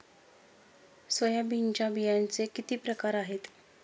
सोयाबीनच्या बियांचे किती प्रकार आहेत?